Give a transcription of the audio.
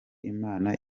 imana